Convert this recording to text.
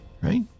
right